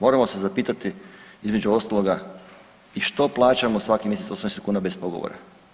Moramo se zapitati između ostaloga i što plaćamo svaki mjesec 80 kuna bez pogovora.